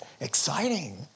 exciting